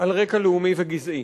על רקע לאומי וגזעי,